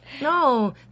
No